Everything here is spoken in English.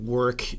work